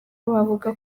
bavuga